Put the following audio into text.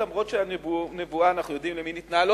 אף שהנבואה אנחנו יודעים למי ניתנה,